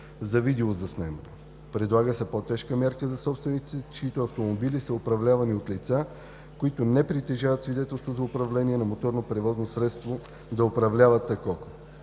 за видеозаснемане. Предлага се по-тежка мярка за собствениците, чиито автомобили са управлявани от лица, които не притежават свидетелство за управление на моторно превозно средство да управляват такова,